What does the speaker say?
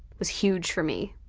was huge for me.